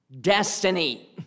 destiny